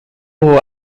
hohe